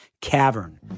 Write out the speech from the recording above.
Cavern